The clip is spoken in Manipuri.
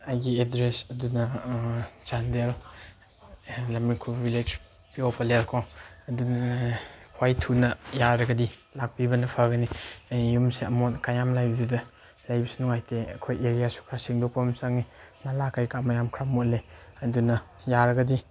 ꯑꯩꯒꯤ ꯑꯦꯗꯗ꯭ꯔꯦꯁ ꯑꯗꯨꯅ ꯆꯥꯟꯗꯦꯜ ꯈ꯭ꯋꯥꯏ ꯊꯨꯅ ꯌꯥꯔꯒꯗꯤ ꯂꯥꯛꯄꯤꯕꯅ ꯐꯒꯅꯤ ꯑꯩ ꯌꯨꯝꯁꯦ ꯑꯃꯣꯠ ꯑꯀꯥꯏ ꯂꯩꯕꯗꯨꯗ ꯂꯩꯕꯁꯨ ꯅꯨꯡꯉꯥꯏꯇꯦ ꯑꯩꯈꯣꯏ ꯑꯦꯔꯤꯌꯥꯁꯨ ꯈꯔ ꯁꯦꯡꯗꯣꯛꯄ ꯑꯃ ꯆꯪꯉꯤ ꯅꯂꯥ ꯀꯩꯀꯥ ꯃꯌꯥꯝ ꯈꯔ ꯃꯣꯠꯂꯤ ꯑꯗꯨꯅ ꯌꯥꯔꯒꯗꯤ